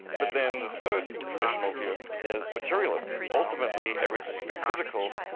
but then the third traditional view is materialism, ultimately everything is physical,